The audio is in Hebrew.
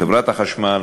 חברת החשמל,